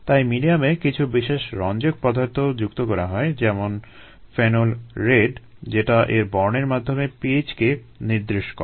তাই মিডিয়ামে কিছু বিশেষ রঞ্জক পদার্থ যুক্ত করা হয় - ফেনল রেড যেটা এর বর্ণের মাধ্যমে pH কে নির্দেশ করে